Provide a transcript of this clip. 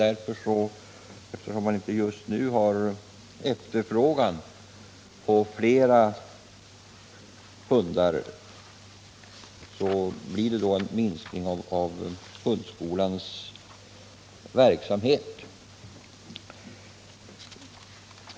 Eftersom det just nu inte finns någon efterfrågan på flera hundar, måste det bli en minskning av hundskolans verksamhet.